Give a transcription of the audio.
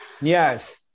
Yes